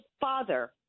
father